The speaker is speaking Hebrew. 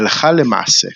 הלכה למעשה